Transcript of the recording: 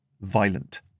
violent